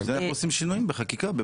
לכן אנחנו עושים שינויים בחקיקה.